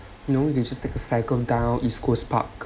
you know you just take a cycle down east coast park